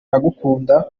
aragukunda